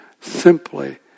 simply